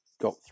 got